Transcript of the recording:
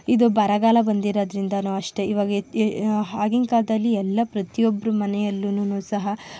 ಇದು ಬರಗಾಲ ಬಂದಿರೋದ್ರಿಂದಲೂ ಅಷ್ಟೇ ಇವಾಗ ಆಗಿನ ಕಾಲದಲ್ಲಿ ಎಲ್ಲ ಪ್ರತಿಯೊಬ್ಬರು ಮನೆಯಲ್ಲೂ ಸಹ